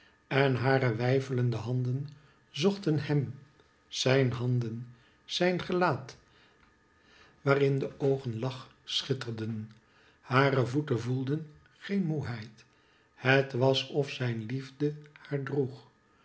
en hare weifelende handen zochten hem zijn handen zijn gelaat waarin de oogen lachschitterden hare voeten voelden geen moeheid het was of zijn liefde haar droeg